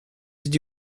did